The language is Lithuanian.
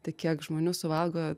tai kiek žmonių suvalgo